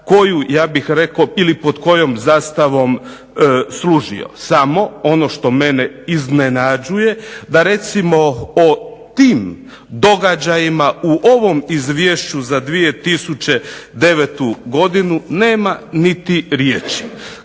koju ja bih rekao ili pod kojom zastavom služio. Samo, ono što mene iznenađuje, da recimo o tim događajima u ovom izvješću za 2009.godinu nema niti riječi.